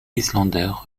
islanders